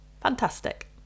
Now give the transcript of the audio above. Fantastic